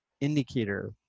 indicator